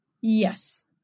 yes